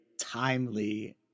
timely